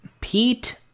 Pete